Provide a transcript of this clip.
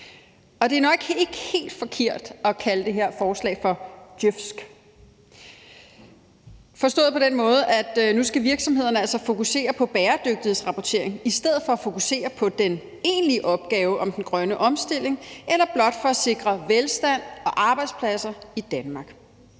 Det er nok ikke helt forkert at kalde det her forslag for djøfsk. Det skal forstås på den måde, at nu skal virksomhederne altså fokusere på bæredygtighedsrapportering i stedet for at fokusere på den egentlige opgave med den grønne omstilling eller blot at sikre velstand og arbejdspladser i Danmark.